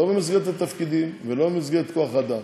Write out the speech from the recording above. לא במסגרת התפקידים ולא במסגרת כוח האדם.